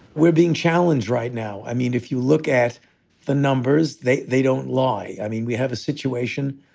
we're being challenged right now. i mean, if you look at the numbers, they they don't lie. i mean, we have a situation,